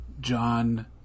John